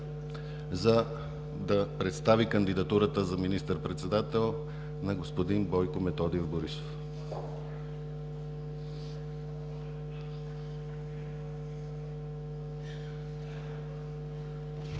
да представи кандидатурата за министър-председател на господин Бойко Методиев Борисов. ЦВЕТАН